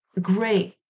great